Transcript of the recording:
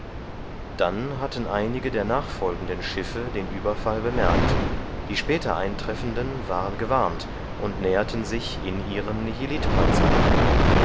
dann hatten einige der nachfolgenden schiffe den überfall bemerkt die später eintreffenden waren gewarnt und näherten sich in ihren